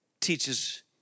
teaches